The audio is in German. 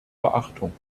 beachtung